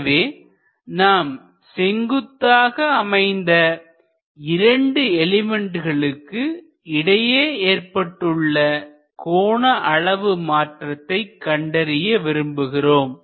எனவே நாம் செங்குத்தாக அமைந்த இரண்டு எலிமெண்ட்களுக்கு இடையே ஏற்பட்டுள்ள கோணஅளவு மாற்றத்தை கண்டறிய விரும்புகிறோம்